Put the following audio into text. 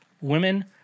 Women